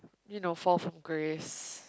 you know fall from grace